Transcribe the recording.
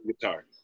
guitar